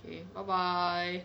okay bye bye